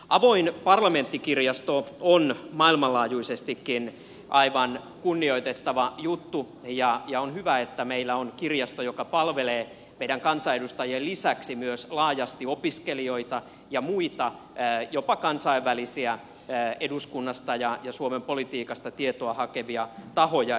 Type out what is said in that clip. avoin parlamenttikirjasto on maailmanlaajuisestikin aivan kunnioitettava juttu ja on hyvä että meillä on kirjasto joka palvelee meidän kansanedustajien lisäksi myös laajasti opiskelijoita ja muita jopa kansainvälisiä eduskunnasta ja suomen politiikasta tietoa hakevia tahoja